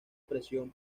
presión